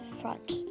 front